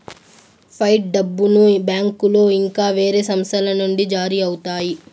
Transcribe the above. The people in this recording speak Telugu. ఫైట్ డబ్బును బ్యాంకులో ఇంకా వేరే సంస్థల నుండి జారీ అవుతాయి